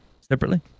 separately